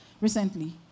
recently